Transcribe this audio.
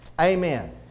Amen